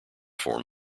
form